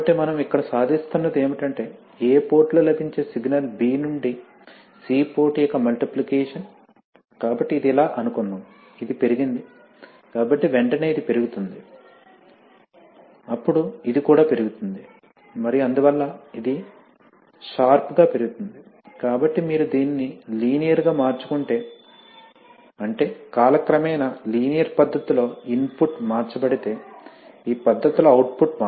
కాబట్టి మనం ఇక్కడ సాధిస్తున్నది ఏమిటంటే A పోర్టులో లభించే సిగ్నల్ B నుండి C పోర్ట్ యొక్క మల్టిప్లికేషన్ కాబట్టి ఇది ఇలా అనుకుందాం ఇది పెరిగింది కాబట్టి వెంటనే ఇది పెరుగుతుంది అప్పుడు ఇది కూడా పెరుగుతుంది మరియు అందువల్ల ఇది షార్ప్ గా పెరుగుతుంది కాబట్టి మీరు దీనిని లీనియర్ గా మార్చుకుంటే అంటే కాలక్రమేణా లీనియర్ పద్ధతిలో ఇన్పుట్ మార్చబడితే ఈ పద్ధతిలో అవుట్పుట్ మారుతుంది